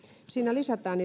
siinä lisätään